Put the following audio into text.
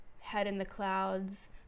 head-in-the-clouds